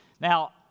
Now